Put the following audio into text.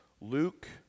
Luke